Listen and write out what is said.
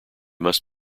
must